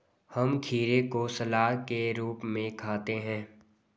हम खीरे को सलाद के रूप में खाते हैं